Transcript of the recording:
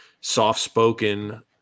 soft-spoken